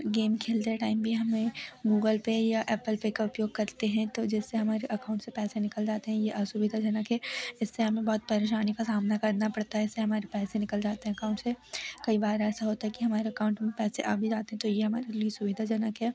कई बार गेम खेलते टाइम भी हमें गूगल पे या एप्पल पे का उपयोग करते हैं तो जिससे हमारे अकाउंट से पैसे निकल जाते हैं ये असुविधजनक है इससे हमें बहुत परेशानी का सामना करना पड़ता है इससे हमारे पैसे निकल जाते हैं अकाउंट से कई बार ऐसा होता है कि हमारे अकाउंट में पैसे आ भी जाते हैं तो यह हमारे लिए सुविधाजनक है